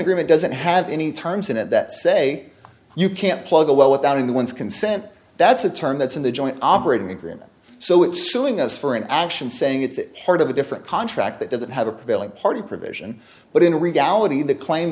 agreement doesn't have any terms in it that say you can't plug a well without anyone's consent that's a term that's in the joint operating agreement so it's suing us for an action saying it's part of a different contract that doesn't have a prevailing party provision but in reality the claim